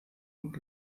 und